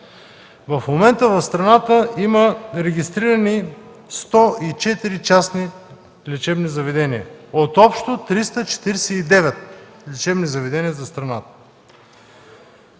В момента в страната има регистрирани 104 частни лечебни заведения от общо 349 лечебни заведения за страната.